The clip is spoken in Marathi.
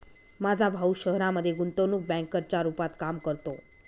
माझा भाऊ शहरामध्ये गुंतवणूक बँकर च्या रूपात काम करतो